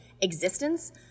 existence